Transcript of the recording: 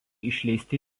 išleisti